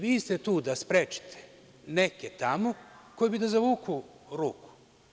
Vi ste tu da sprečite neke tamo koji bi da zavuku ruku.